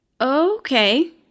Okay